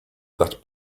that